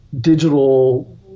digital